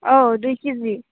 औ दुइ किजि